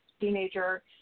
teenager